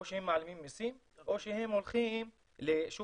או שהם מעלימים מסים או שהם הולכים לשוק